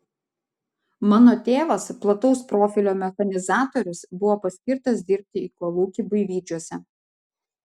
mano tėvas plataus profilio mechanizatorius buvo paskirtas dirbti į kolūkį buivydžiuose